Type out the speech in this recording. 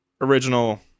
original